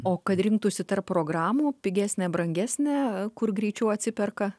o kad rinktųsi tarp programų pigesnę brangesnę kur greičiau atsiperka